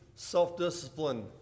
Self-discipline